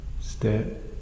step